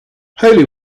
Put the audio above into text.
holy